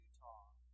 Utah